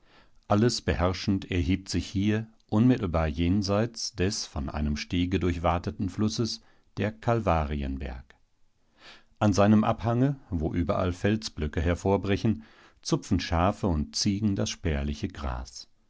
alles beherrschend erhebt sich hier unmittelbar jenseits des von einem stege durchwateten flusses der kalvarienberg an seinem abhange wo überall felsblöcke hervorbrechen zupfen schafe und ziegen das spärliche gras